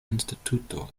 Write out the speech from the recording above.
instituto